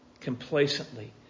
complacently